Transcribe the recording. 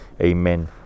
Amen